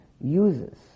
uses